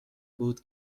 بود